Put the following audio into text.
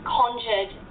conjured